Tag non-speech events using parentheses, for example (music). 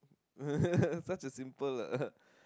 (laughs) it's just a simple uh